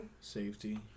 Safety